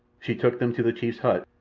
she took them to the chief's hut,